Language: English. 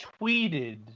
tweeted